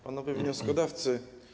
Panowie Wnioskodawcy!